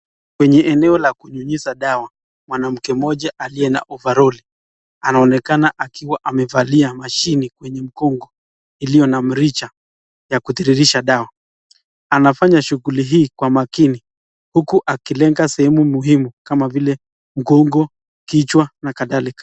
Kwenye eneo la kunyunyizia dawa mwanamke mmoja aliye na overoli anaonekana akiwa amevalia mashini kwenye mkongo iliyo na mrija ya kutiririsha dawa. Anafanya shughuli hii kwa makini huku akilenga sehemu muhimu kama vile mgongo, kichwa na kadhalika.